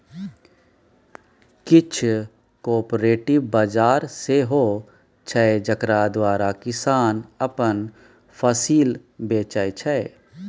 किछ कॉपरेटिव बजार सेहो छै जकरा द्वारा किसान अपन फसिल बेचै छै